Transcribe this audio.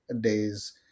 days